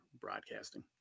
broadcasting